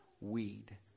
weed